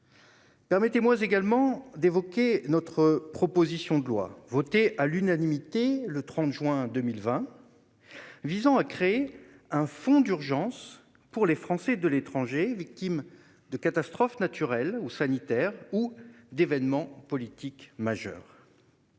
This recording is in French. Permettez-moi également d'évoquer notre proposition de loi, votée à l'unanimité le 30 juin 2020, portant création d'un fonds d'urgence pour les Français de l'étranger victimes de catastrophes naturelles ou d'événements politiques majeurs.